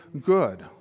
good